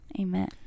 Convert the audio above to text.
Amen